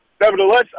Nevertheless